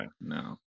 no